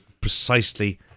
precisely